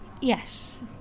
Yes